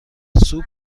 سوپ